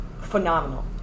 phenomenal